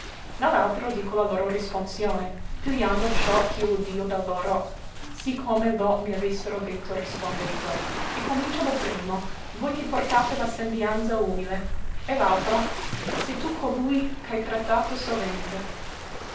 l'altro dico la loro risponsione pigliando ciò ch'io udio da loro sì come lo m avessero detto rispondendo e comincia lo primo voi che portate la sembianza umile e l'altro se tu colui c'hai trattato sovente